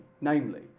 namely